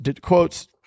Quotes